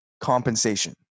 compensation